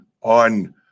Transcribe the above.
on